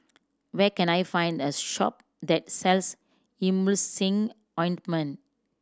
where can I find a shop that sells Emulsying Ointment